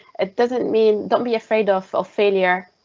it doesn't mean don't be afraid of of failure.